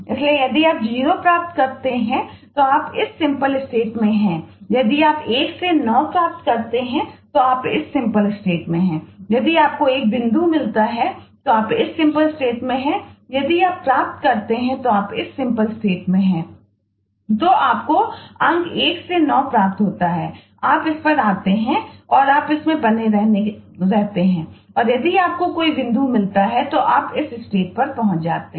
इसलिए यदि आप 0 प्राप्त करते हैं तो आप इस सिंपल स्टेट में पहुँच जाते हैं